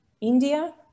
India